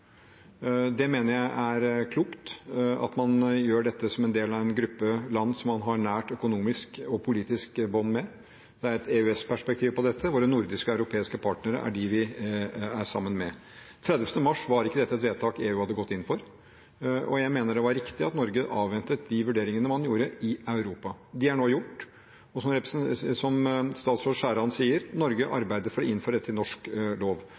Det mener jeg er klokt, at man gjør dette som en del av en gruppe land som man har et nært økonomisk og politisk bånd med. Det er et EØS-perspektiv på dette. Våre nordiske og europeiske partnere er dem vi er sammen med. Den 30. mars var ikke dette et vedtak EU hadde gått inn for, og jeg mener det var riktig at Norge avventet de vurderingene man gjorde i Europa. De er nå gjort, og som statsråd Skjæran sier: Norge arbeider for å innføre dette i norsk lov.